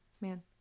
Man